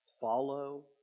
follow